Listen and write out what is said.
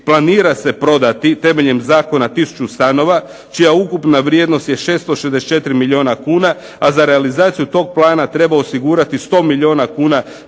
planira se prodati temeljem zakona 1000 stanova čija ukupna vrijednost je 664 milijuna kuna, a za realizaciju tog plana treba osigurati 100 milijuna kuna